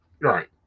right